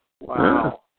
Wow